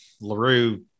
Larue